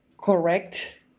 correct